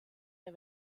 der